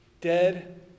dead